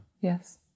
Yes